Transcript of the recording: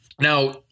Now